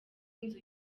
inzu